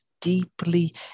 deeply